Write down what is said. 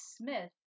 Smith